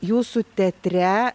jūsų teatre